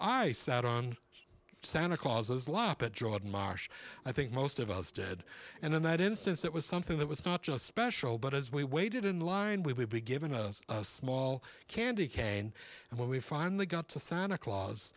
i sat on santa claus's lup at jordan marsh i think most of us dead and in that instance it was something that was not just special but as we waited in line we would be given a small candy cane and when we finally got to santa claus